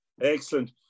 Excellent